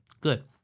Good